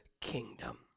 kingdom